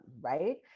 right